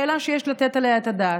שאלה שיש לתת עליה את הדעת.